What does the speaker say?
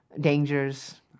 dangers